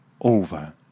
over